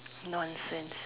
nonsense